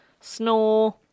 Snore